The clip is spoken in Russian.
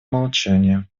молчания